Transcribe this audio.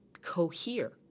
cohere